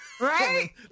right